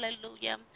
hallelujah